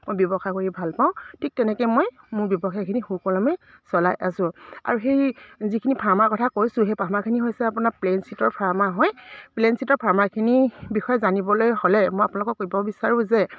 মই ব্যৱসায় কৰি ভাল পাওঁ ঠিক তেনেকৈ মই মোৰ ব্যৱসায়খিনি সুকলমে চলাই আছোঁ আৰু সেই যিখিনি ফাৰ্মাৰ কথা কৈছোঁ সেই ফাৰ্মাৰখিনি হৈছে আপোনাৰ প্লেইন চিটৰ ফাৰ্মাৰ হয় প্লেইন চিটৰ ফাৰ্মাৰখিনিৰ বিষয়ে জানিবলৈ হ'লে মই আপোনালোকক ক'ব বিচাৰোঁ যে